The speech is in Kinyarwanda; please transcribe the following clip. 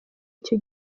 n’icyo